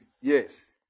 yes